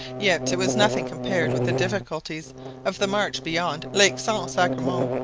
yet it was nothing compared with the difficulties of the march beyond lake saint-sacrement.